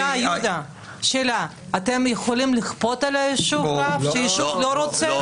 אתם יכולים לכפות על יישוב רב כשהיישוב לא רוצה?